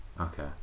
Okay